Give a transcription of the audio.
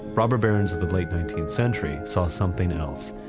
robber barons of the late nineteenth century saw something else.